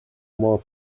more